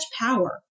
power